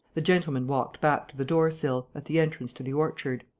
the gentleman walked back to the door-sill, at the entrance to the orchard.